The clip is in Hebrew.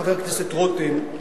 חבר הכנסת רותם,